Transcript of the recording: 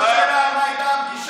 הוא שאל שאלה, על מה הייתה הפגישה.